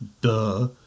Duh